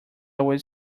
away